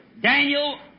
Daniel